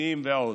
קיבוציים ועוד.